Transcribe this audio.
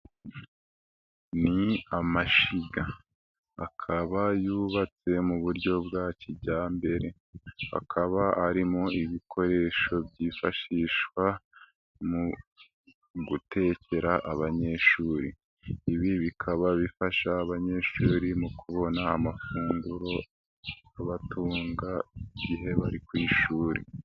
Ni amashiga akaba yubatse mu buryo bwa kijyambere, akaba arimo ibikoresho byifashishwa mu gutekera abanyeshuri. Ibi bikaba bifasha abanyeshuri mu kubona amafunguro abatunga igihe bari ku ishuri.